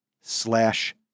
slash